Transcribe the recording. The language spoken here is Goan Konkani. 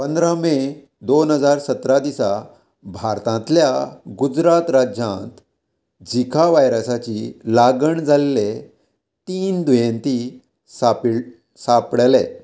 पंदरा मे दोन हजार सतरा दिसा भारतांतल्या गुजरात राज्यांत झिका व्हायरसाची लागण जाल्ले तीन दुयेंती सापिड सापडले